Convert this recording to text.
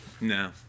No